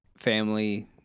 Family